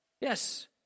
Yes